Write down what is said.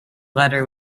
letter